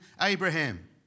Abraham